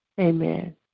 Amen